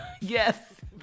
Yes